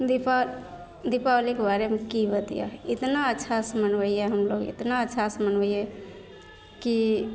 दीपा दीपावलीके बारेमे कि बतिआएब एतना अच्छासे मनबैए हमलोक एतना अच्छासे मनबै हिए कि